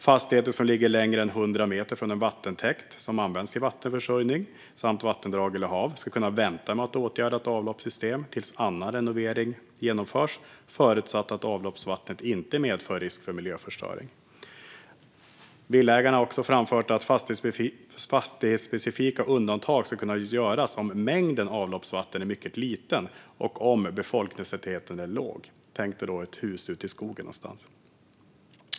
Fastigheter som ligger mer än 100 meter från en vattentäkt som används till vattenförsörjning samt vattendrag eller hav ska kunna vänta med att åtgärda ett avloppssystem tills annan renovering genomförs, förutsatt att avloppsvattnet inte medför risk för miljöförstöring. Villaägarna har också framfört att fastighetsspecifika undantag ska kunna göras om mängden avloppsvatten är mycket liten och om befolkningstätheten är låg. Tänk dig ett hus ute i skogen någonstans.